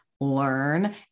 learn